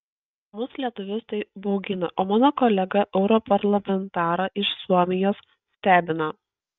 mus lietuvius tai baugina o mano kolegą europarlamentarą iš suomijos stebina